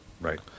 Right